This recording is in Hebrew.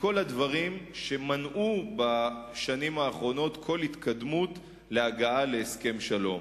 מכל הדברים שמנעו בשנים האחרונות כל התקדמות להגעה להסכם שלום.